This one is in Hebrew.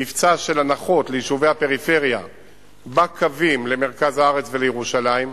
מבצע של הנחות ליישובי הפריפריה בקווים למרכז הארץ ולירושלים,